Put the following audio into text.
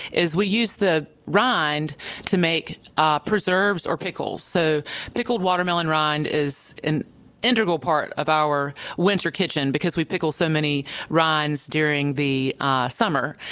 is we use the rind to make ah preserves or pickles. so pickled watermelon rind is an integral part of our winter kitchen, because we pickle so many rinds during the summer.